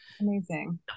amazing